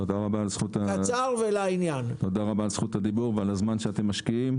תודה רבה על זכות הדיבור ועל הזמן שאתם משקיעים.